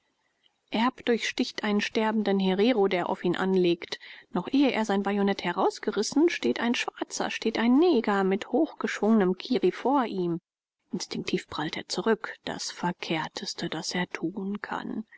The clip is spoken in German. erb durchsticht einen sterbenden herero der auf ihn anlegt noch ehe er sein bajonett herausgerissen steht ein schwarzer steht ein neger mit hochgeschwungenem kirri vor ihm instinktiv prallt er zurück das verkehrteste das er tun kann